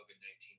COVID-19